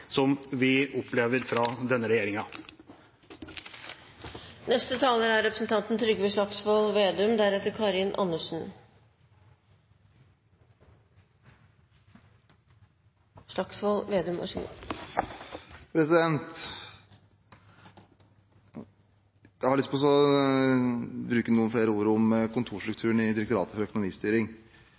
som vi opplever fra denne regjeringa. Jeg har lyst til å bruke noen flere ord om kontorstrukturen i Direktoratet for økonomistyring. Det er et faktum at rapporten fra ledelsen der kom i